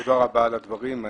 תודה רבה על הדברים.